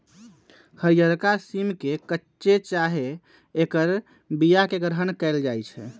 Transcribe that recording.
हरियरका सिम के कच्चे चाहे ऐकर बियाके ग्रहण कएल जाइ छइ